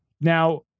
Now